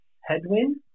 headwind